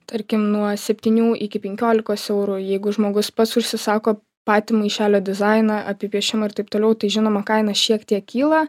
tarkim nuo septynių iki penkiolikos eurų jeigu žmogus pats užsisako patį maišelio dizainą apipiešimą ir taip toliau tai žinoma kaina šiek tiek kyla